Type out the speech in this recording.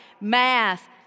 math